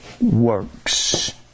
works